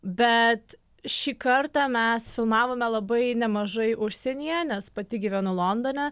bet šį kartą mes filmavome labai nemažai užsienyje nes pati gyvenu londone